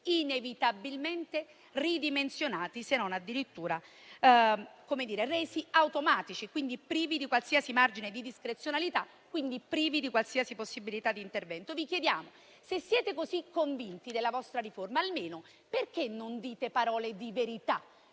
inevitabilmente ridimensionati, se non addirittura resi automatici e, quindi, privi di qualsiasi margine di discrezionalità e di possibilità di intervento. Vi chiediamo: se siete così convinti della vostra riforma, almeno perché non dite parole di verità?